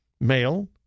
male